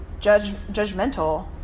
judgmental